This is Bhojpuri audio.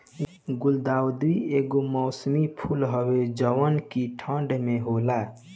गुलदाउदी एगो मौसमी फूल हवे जवन की ठंडा में होला